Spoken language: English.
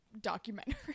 documentary